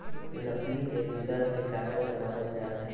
लकड़ी के गुदा से कागज बनावल जा हय